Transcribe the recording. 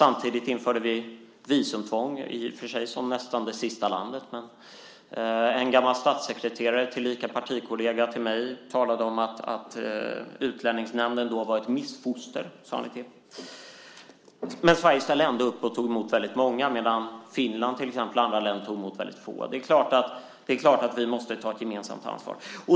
Samtidigt införde vi visumtvång som ett av de sista länderna, och en gammal statssekreterare tillika partikollega till mig, talade om Utlänningsnämnden som ett missfoster. Sverige ställde emellertid upp och tog emot väldigt många, medan Finland och även andra länder endast tog emot några få. Det är klart att vi måste ta ett gemensamt ansvar.